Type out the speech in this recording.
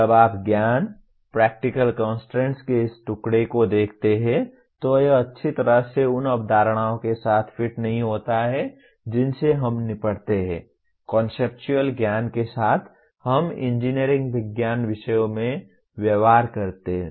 जब आप ज्ञान प्रैक्टिकल कंस्ट्रेंट्स के इस टुकड़े को देखते हैं तो यह अच्छी तरह से उन अवधारणाओं के साथ फिट नहीं होता है जिनसे हम निपटते हैं कॉन्सेप्चुअल ज्ञान के साथ हम इंजीनियरिंग विज्ञान विषयों में व्यवहार करते हैं